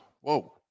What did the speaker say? whoa